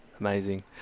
Amazing